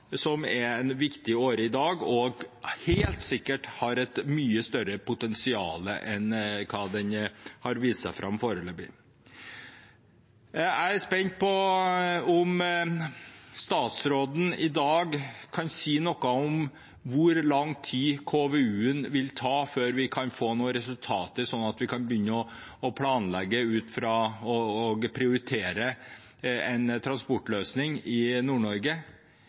som er en viktig åre i dag og helt sikkert har et mye større potensial enn den har vist fram foreløpig. Jeg er spent på om statsråden i dag kan si noe om hvor lang tid KVU-en vil ta, før vi kan få noen resultater vi kan begynne å planlegge ut fra og prioritere en transportløsning i